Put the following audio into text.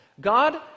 God